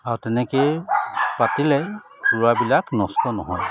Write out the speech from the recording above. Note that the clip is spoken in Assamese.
আৰু তেনেকেই পাতিলে ৰোৱাবিলাক নষ্ট নহয়